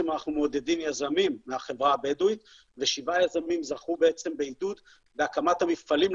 אנחנו מעודדים יזמים מהחברה הבדואית ושבעה יזמים זכו בעידוד בהקמת המפעלים,